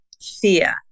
fear